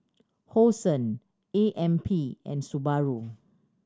Hosen A M P and Subaru